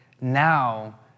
now